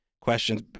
questions